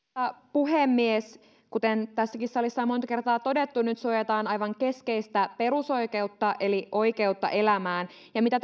puhemies kuten tässäkin salissa on monta kertaa todettu nyt suojataan aivan keskeistä perusoikeutta eli oikeutta elämään ja mitä